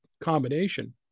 combination